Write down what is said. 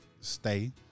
stay